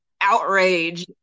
outrage